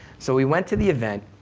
so we went to the event,